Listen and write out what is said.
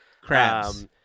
Crabs